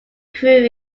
crew